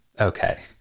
Okay